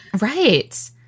right